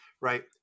right